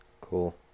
Cool